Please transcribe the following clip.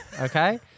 okay